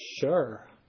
sure